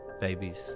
babies